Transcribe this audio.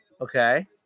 Okay